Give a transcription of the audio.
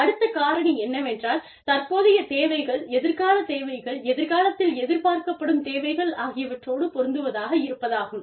அடுத்த காரணி என்னவென்றால் தற்போதைய தேவைகள் எதிர்கால தேவைகள் எதிர்காலத்தில் எதிர்பார்க்கப்படும் தேவைகள் ஆகியவற்றோடு பொருந்துவதாக இருப்பதாகும்